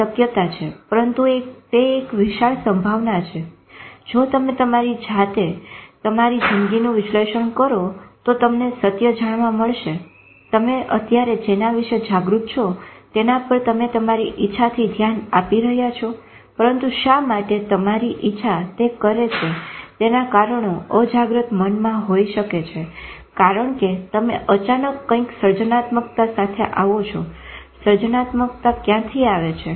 આ શક્યતા છે પરંતુ તે એક વિશાળ સંભાવના છે જો તમે તમારી જાતે તમારી જિંદગીનું વિશ્લેષણ કરો તો તમને સત્ય જાણવા મળશે તમે અત્યારે જેના વિશે જાગૃત છો તેના પર તમે તમારી ઇચ્છાથી ધ્યાન આપી રહ્યા છો પરંતુ શા માટે તમારી ઈચ્છા તે કરે છે તેના કારણો અજાગ્રત મનમાં હોય શકે છે કારણ કે તમે અચાનક કંઈક સર્જનાત્મકતા સાથે આવો છો સર્જનાત્મકતા ક્યાંથી આવે છે